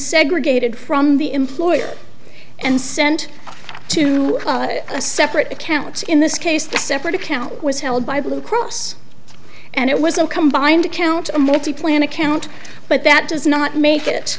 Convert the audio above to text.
segregated from the employer and sent to a separate accounts in this case the separate account was held by blue cross and it wasn't combined account a multi plan account but that does not make it